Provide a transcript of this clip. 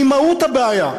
היא מהות הבעיה.